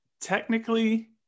technically